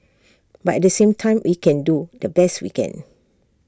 but at the same time we can do the best we can